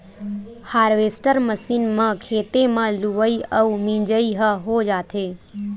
harvester machine म खेते म लुवई अउ मिजई ह हो जाथे